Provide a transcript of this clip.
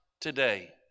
today